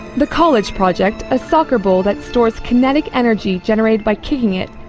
but college project a soccer ball that stores kinetic energy generated by kicking it,